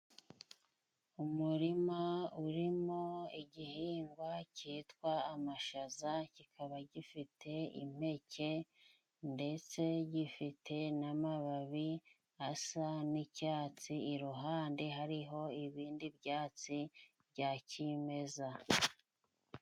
Umurima urimo igihingwa cyitwa amashaza, kikaba gifite impeke ndetse gifite n'amababi asa n'icyatsi, iruhande hariho ibindi byatsi bya kimeza.